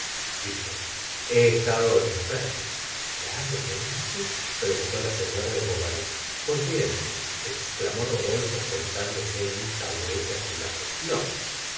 dijo he estado enfermo gravemente preguntó la senora de bovary pues bien exclamó rodolfo sentándose en un taburete su lado no